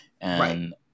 And-